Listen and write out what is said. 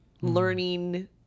learning